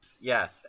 yes